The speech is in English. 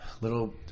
little